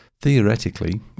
theoretically